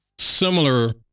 Similar